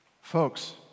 Folks